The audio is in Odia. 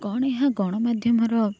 କ'ଣ ଏହା ଗଣମାଧ୍ୟମ ର